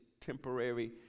temporary